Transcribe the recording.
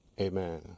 Amen